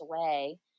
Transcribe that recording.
away